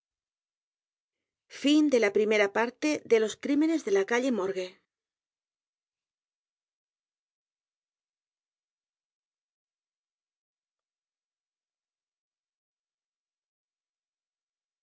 son los crímenes de la calle morgue